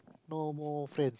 no more friend